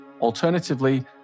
Alternatively